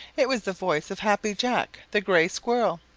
it was the voice of happy jack the gray squirrel.